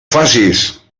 facis